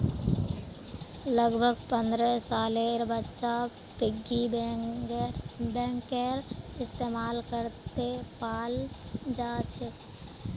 लगभग पन्द्रह सालेर बच्चा पिग्गी बैंकेर इस्तेमाल करते पाल जाछेक